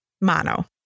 mono